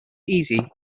easy